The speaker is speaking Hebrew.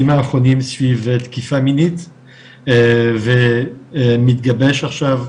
האחרונים סביב תקיפה מינית ומתגבש עכשיו,